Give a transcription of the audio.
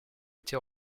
été